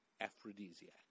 aphrodisiac